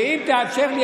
ואם תאפשר לי,